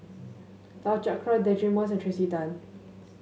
Lau Chiap Khai Deirdre Moss and Tracey Tan